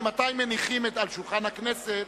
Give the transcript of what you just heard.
ממתי מניחים על שולחן הכנסת,